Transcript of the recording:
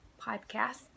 podcast